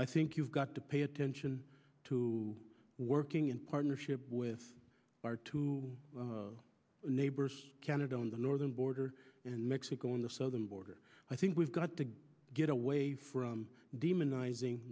i think you've got to pay attention to working in partnership with our two neighbors canada on the northern border and mexico in the southern border i think we've got to get away from demonizing